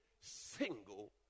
single